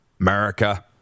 America